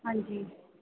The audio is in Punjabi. ਹਾਂਜੀ